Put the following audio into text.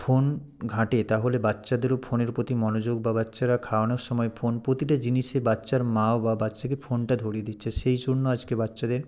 phone ঘাটে তাহলে বাচ্চাদেরও ফোনের প্রতি মনোযোগ বা বাচ্চারা খাওয়ানোর সময় ফোন প্রতিটা জিনিসে বাচ্চার মা বাবা বাচ্চাকে ফোনটা ধরিয়ে দিচ্ছে সেই জন্য আজকে বাচ্চাদের